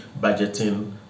budgeting